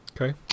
Okay